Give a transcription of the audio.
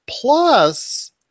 plus